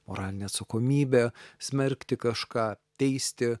moralinė atsakomybė smerkti kažką teisti